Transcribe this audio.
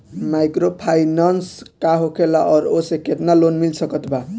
Microfinance का होखेला और ओसे केतना लोन मिल सकत बा?